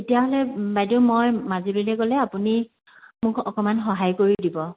তেতিয়াহ'লে বাইদেউ মই মাজুলীলে গ'লে আপুনি মোক অকণমান সহায় কৰি দিব